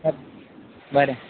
आं बरें